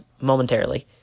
momentarily